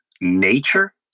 nature